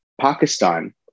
Pakistan